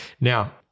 Now